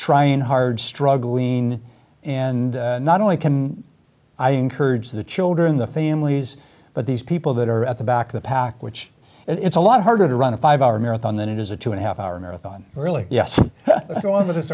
trying hard struggle lean and not only can i encourage the children the families but these people that are at the back of the pack which it's a lot harder to run a five hour marathon than it is a two and a half hour marathon really yes